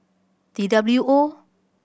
T W O